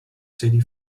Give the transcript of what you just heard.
city